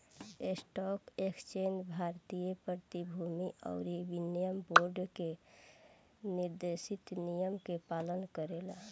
stock exchange भारतीय प्रतिभूति अउरी विनिमय बोर्ड के निर्देशित नियम के पालन करेला